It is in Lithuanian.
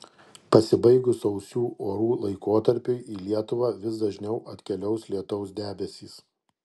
pasibaigus sausų orų laikotarpiui į lietuvą vis dažniau atkeliaus lietaus debesys